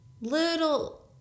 little